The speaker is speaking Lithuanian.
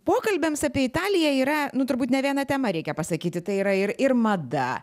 pokalbiams apie italiją yra nu turbūt ne viena tema reikia pasakyti tai yra ir ir mada